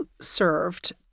served